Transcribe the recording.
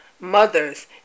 Mothers